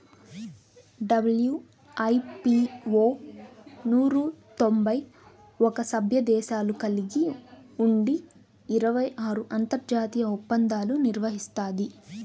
WIPO నూరు తొంభై ఒక్క సభ్యదేశాలు కలిగి ఉండి ఇరవై ఆరు అంతర్జాతీయ ఒప్పందాలు నిర్వహిస్తాది